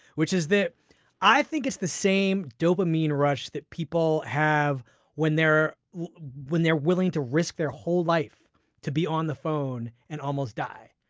which is that i think it's the same dopamine rush that people have when they're when they're willing to risk their whole life to be on the phone and almost die.